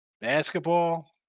Basketball